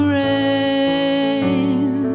rain